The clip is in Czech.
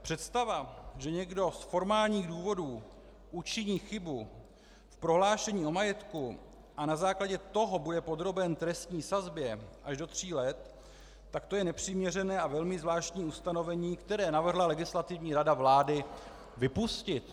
Představa, že někdo z formálních důvodů učiní chybu v prohlášení o majetku a na základě toho bude podroben trestní sazbě až do tří let, tak to je nepřiměřené a velmi zvláštní ustanovení, které navrhla Legislativní rada vlády vypustit.